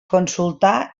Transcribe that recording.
consultar